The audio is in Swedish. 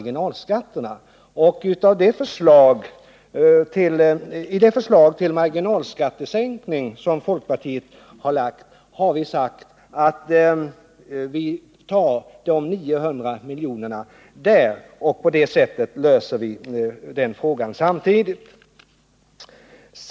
Vi har sagt att man kan ta de 900 miljonerna i det förslag till marginalskattesänkningar som folkpartiet lagt och på det sättet lösa den här frågan samtidigt.